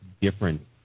different